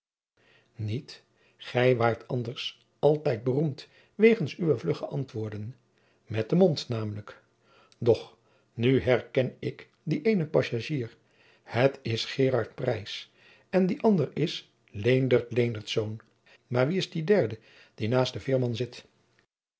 niet gij waart anders altijd beroemd wegens uwe vlugge antwoorden met den mond namelijk doch nu herken ik dien éénen passagier het is gerard preys en die andere is leendert leendertz maar wie is die derde die naast den veerman zit